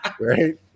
Right